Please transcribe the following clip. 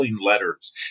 letters